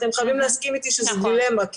אתם חייבים להסכים איתי שזו דילמה,